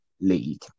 League